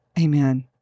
Amen